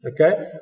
Okay